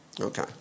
Okay